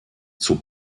zur